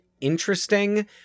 interesting